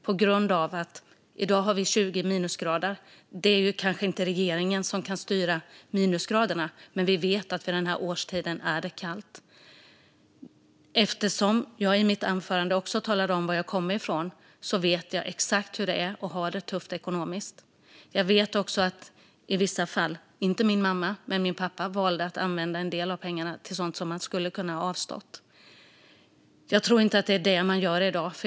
I dag har vi 20 minusgrader. Regeringen kan kanske inte styra över minusgraderna, men vi vet att det är kallt vid denna årstid. I mitt anförande berättade jag om var jag kommer ifrån. Jag vet hur det är att ha det tufft ekonomiskt. Inte min mamma, men min pappa valde också i vissa fall att använda en del av pengarna till sådant som man skulle kunna ha avstått. Jag tror inte att det är detta man gör i dag.